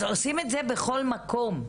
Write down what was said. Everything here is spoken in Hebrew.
אז עושים את זה בכל מקום,